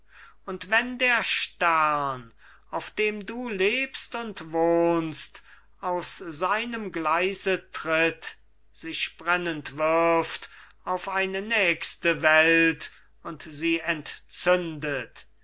und wenn der stern auf dem du lebst und wohnst aus seinem gleise tritt sich brennend wirft auf eine nächste welt und sie entzündet